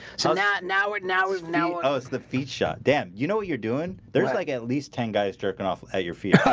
so yeah now we're now is now, so um it's the feat shot. damn. you know what you're doing there's like at least ten guys jerking off at your feet, right?